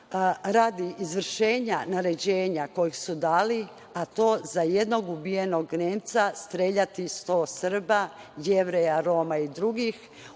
radi izvršenja naređenja koje su dali, a to je da za jednog ubijenog Nemca streljati 100 Srba, Jevreja, Roma i drugih,